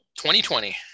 2020